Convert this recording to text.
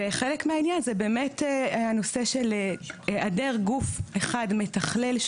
חלק מהעניין זה באמת הנושא של היעדר גוף אחד מתכלל,